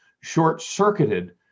short-circuited